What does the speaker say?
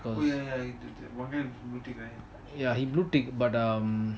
'cause ya he blue tick but um